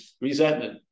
resentment